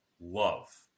love